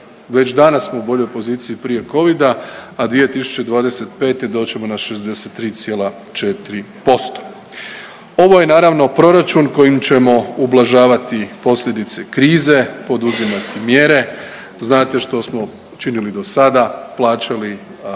već danas smo u boljoj poziciji prije covida, a 2025. doći ćemo na 63,4%. Ovo je naravno proračun kojim ćemo ublažavati posljedice krize, poduzimati mjere, znate što smo činili do sada, plaćali